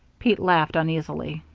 pete laughed uneasily.